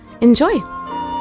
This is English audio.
Enjoy